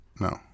No